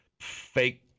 fake